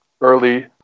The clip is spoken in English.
early